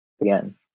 again